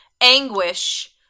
anguish